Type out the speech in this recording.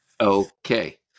Okay